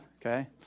Okay